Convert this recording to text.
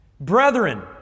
Brethren